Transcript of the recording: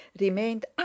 remained